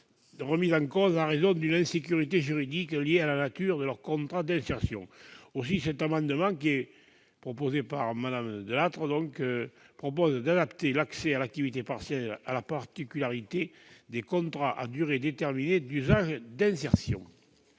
remis en cause en raison d'une insécurité juridique liée à la nature de leurs contrats d'insertion. Le présent amendement, proposé par Mme Delattre, vise donc à adapter l'accès à l'activité partielle à la particularité des contrats à durée déterminée d'usage d'insertion.